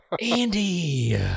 Andy